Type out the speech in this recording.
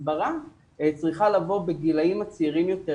שהסברה צריכה לבוא בגילים הצעירים יותר.